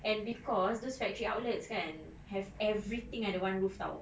and because those factory outlets kan have everything under one roof [tau]